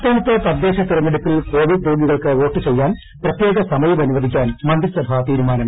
സംസ്ഥാനത്ത് തദ്ദേശ്ശൃത്രഞ്ഞെടുപ്പിൽ കോവിഡ് രോഗികൾക്ക് വോട്ടു ച്ചെയ്യാൻ പ്രത്യേക സമയം അനുവദിക്കാൻ ്മ്യൂന്തീസഭാ തീരുമാനം